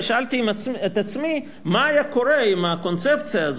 ושאלתי את עצמי מה היה קורה עם הקונספציה הזאת,